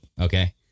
Okay